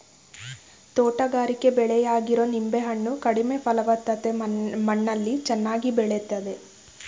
ತೋಟಗಾರಿಕೆ ಬೆಳೆಯಾಗಿರೊ ನಿಂಬೆ ಹಣ್ಣು ಕಡಿಮೆ ಫಲವತ್ತತೆ ಮಣ್ಣಲ್ಲಿ ಚೆನ್ನಾಗಿ ಬೆಳಿತದೆ